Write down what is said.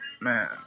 man